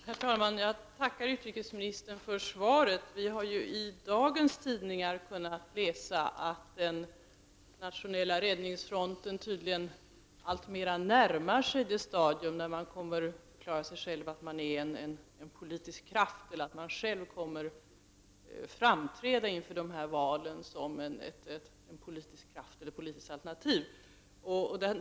Herr talman! Jag tackar utrikesministern för svaret. Vi har ju i dagens tidningar kunnat läsa att Nationella räddningsfronten tydligen alltmera närmar sig det stadium, då man klarar sig själv. Man blir en politisk kraft och kan vid valen själv framträda som ett politiskt alternativ.